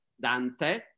Dante